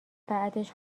بعدش